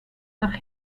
nach